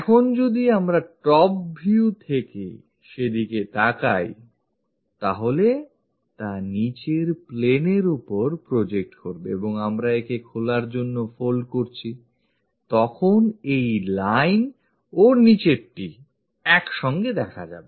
এখন যদি আমরা top view থেকে সেদিকে তাকাই তাহলে তা নিচের plane এর ওপর project করবে এবং আমরা একে খোলার জন্য fold করছি তখন এই line ও এর নিচেরটি একসঙ্গে দেখা যাবে